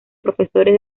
profesores